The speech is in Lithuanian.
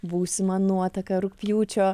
būsimą nuotaką rugpjūčio